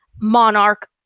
monarch